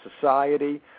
society